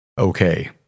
okay